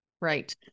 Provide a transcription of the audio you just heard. Right